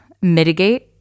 mitigate